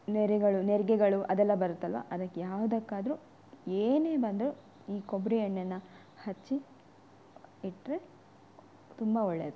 ನೆರೆಗಳು ನೆರಿಗೆಗಳು ಅದೆಲ್ಲ ಬರುತ್ತಲ್ಲವಾ ಅದಕ್ಕೆ ಯಾವುದಕ್ಕಾದ್ರೂ ಏನೇ ಬಂದರು ಈ ಕೊಬ್ಬರಿ ಎಣ್ಣೆನ ಹಚ್ಚಿ ಇಟ್ಟರೆ ತುಂಬ ಒಳ್ಳೇದು